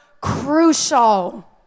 crucial